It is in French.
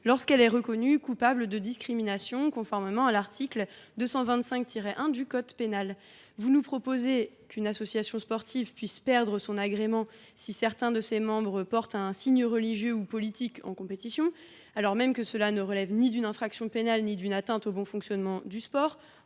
lorsque celle ci est reconnue coupable de discrimination au sens de l’article 225 1 du code pénal. Vous proposez, monsieur le rapporteur, qu’une association sportive perde son agrément si certains de ses membres portent un signe religieux ou politique en compétition, alors même que cela ne relève ni d’une infraction pénale ni d’une atteinte au bon fonctionnement du sport.